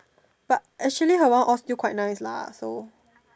but actually her one all still quite nice lah so